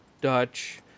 Dutch